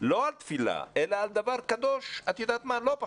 לא על תפילה אלא על דבר קדוש לא פחות,